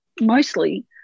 mostly